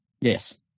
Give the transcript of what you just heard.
Yes